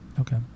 Okay